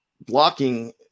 blocking